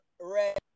red